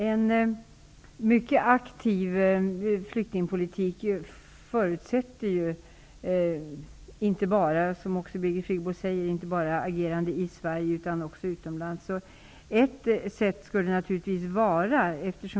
En mycket aktiv flyktingpolitik förutsätter ju, som Birgit Friggebo sade, inte bara agerande i Sverige utan också utomlands.